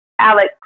Alex